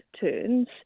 turns